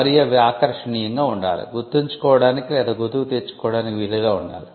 మరియు అవి ఆకర్షణీయంగా ఉండాలి గుర్తుంచుకోవడానికి లేదా గుర్తుకు తెచ్చుకోవడానికి వీలుగా ఉండాలి